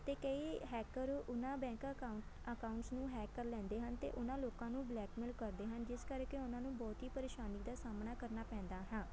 ਅਤੇ ਕਈ ਹੈਕਰ ਉਹਨਾਂ ਬੈਂਕਾਂ ਅਕਾ ਅਕਾਊਂਟਸ ਨੂੰ ਹੈਕ ਕਰ ਲੈਂਦੇ ਹਨ ਅਤੇ ਉਹਨਾਂ ਲੋਕਾਂ ਨੂੰ ਬਲੈਕਮੇਲ ਕਰਦੇ ਹਨ ਜਿਸ ਕਰਕੇ ਉਹਨਾਂ ਨੂੰ ਬਹੁਤ ਹੀ ਪਰੇਸ਼ਾਨੀ ਦਾ ਸਾਹਮਣਾ ਕਰਨਾ ਪੈਂਦਾ ਹੈ